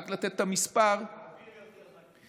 רק לתת את המספר, אוויר יותר נקי.